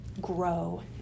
grow